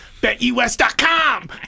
BetUS.com